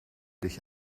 dich